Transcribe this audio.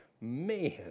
man